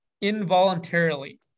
involuntarily